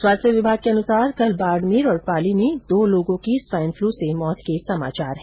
स्वास्थ्य विभाग के अनुसार कल बाड़मेर और पाली में दो लोगों की स्वाईन फ्लू से मौत के समाचार है